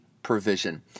provision